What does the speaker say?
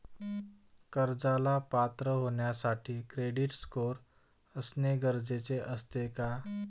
कर्जाला पात्र होण्यासाठी क्रेडिट स्कोअर असणे गरजेचे असते का?